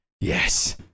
Yes